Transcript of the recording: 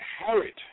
inherit